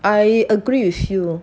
I agree with you